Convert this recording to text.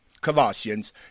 Colossians